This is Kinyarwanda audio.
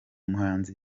muhanzi